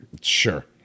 Sure